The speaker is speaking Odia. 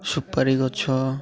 ସୁୁପାରି ଗଛ